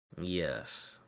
Yes